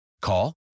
Call